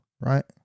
right